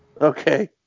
Okay